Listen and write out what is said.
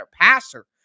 passer